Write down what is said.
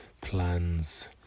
plans